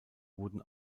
wurden